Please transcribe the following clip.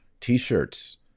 t-shirts